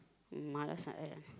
mother side leh